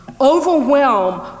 overwhelm